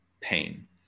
pain